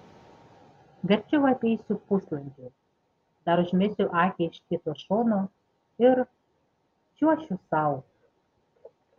verčiau apeisiu puslankiu dar užmesiu akį iš kito šono ir čiuošiu sau